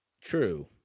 true